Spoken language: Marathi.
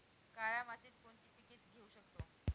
काळ्या मातीत कोणती पिके घेऊ शकतो?